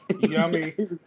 Yummy